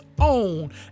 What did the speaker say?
own